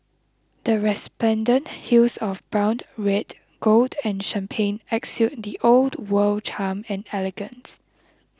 the resplendent hues of brown red gold and champagne exude the old world charm and elegance